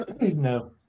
No